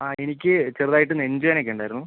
ആ എനിക്ക് ചെറുതായിട്ട് നെഞ്ചുവേദന ഒക്കെ ഉണ്ടായിരുന്നു